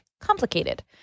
complicated